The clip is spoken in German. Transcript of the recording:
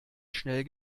schnell